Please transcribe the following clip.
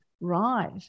Right